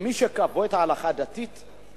למי שכפו את ההלכה הדתית,